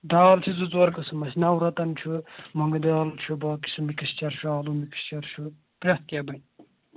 دال چھِ زٕ ژور قٕسٕم اَسہِ نَورَتَن چھُ مونٛگہٕ دال چھُ باقی سُہ مِکٕسچَر چھُ آلوٗ مِکسچَر چھُ پرٛٮ۪تھ کینہہ بَنہِ